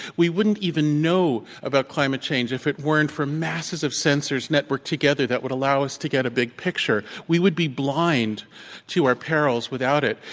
we wouldn't even know about climate change if it weren't for masses of sensors networked together that would allow us to get a big picture. we would be blind to our perils without it.